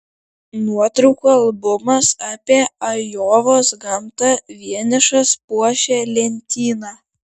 nuotraukų albumas apie ajovos gamtą vienišas puošė lentyną